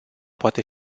poate